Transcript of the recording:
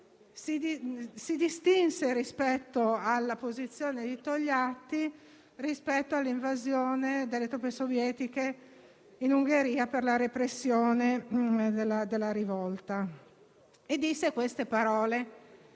si distinse dalla posizione di Togliatti rispetto all'invasione delle truppe sovietiche in Ungheria per la repressione della rivolta. Egli pronunciò delle